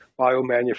biomanufacturing